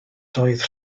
doedd